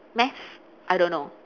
maths I don't know